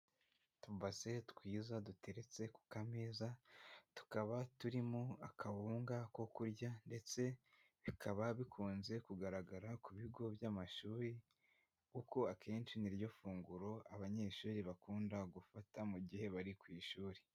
Utubase twiza duteretse ku kameza, tukaba turimo akawunga ko kurya, ndetse bikaba bikunze kugaragara ku bigo by'amashuri kuko akenshi ni ryo funguro abanyeshuri bakunda gufata mu gihe bari ku ishuri.